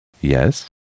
Yes